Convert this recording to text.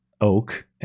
Oak